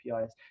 APIs